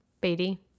Beatty